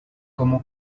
como